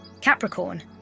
Capricorn